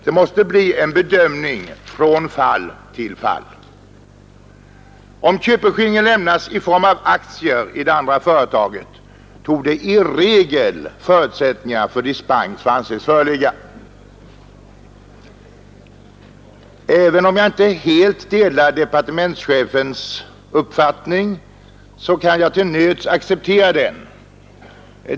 Det måste bli en bedömning från fall till fall. Om köpeskillingen lämnas i form av aktier i det andra företaget torde i regel förutsättningar för dispens få anses föreligga.” Även om jag inte helt delar departementschefens uppfattning kan jag till nöds acceptera den.